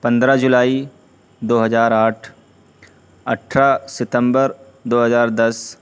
پندرہ جولائی دو ہزار آٹھ اٹھارہ ستمبر دو ہزار دس